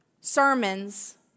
sermons